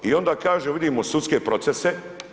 I onda kaže vidimo sudske procese.